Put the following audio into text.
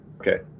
Okay